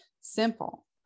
simple